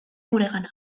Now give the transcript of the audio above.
guregana